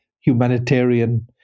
humanitarian